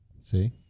See